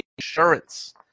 insurance